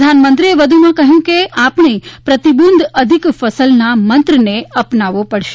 પ્રધાનમંત્રીએ વધુમાં કહ્યું કે આપણે પ્રતિબુંદ અધિક ફસલના મંત્રને અપનાવવો પડશે